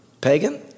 pagan